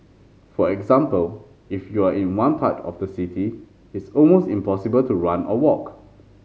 for example if you are in one part of the city it's almost impossible to run or walk